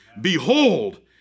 Behold